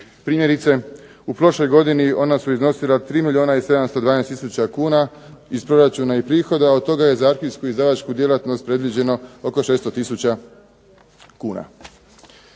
Primjerice, u prošloj godini ona su iznosila 3 milijuna i 720 tisuća kuna iz proračuna i prihoda. Od toga je za … /Govornik se ne razumije./… predviđeno oko 600 tisuća kuna.